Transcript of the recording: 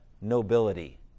nobility